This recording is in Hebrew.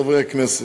חברי הכנסת,